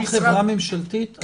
אתם חברה ממשלתית?